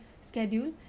schedule